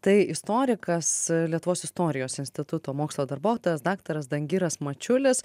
tai istorikas lietuvos istorijos instituto mokslo darbuotojas daktaras dangiras mačiulis